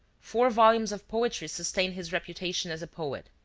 four volumes of poetry sustain his reputation as poet.